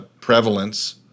prevalence